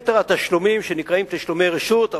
יתר התשלומים נקראים תשלומי רשות,